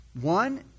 One